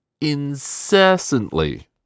incessantly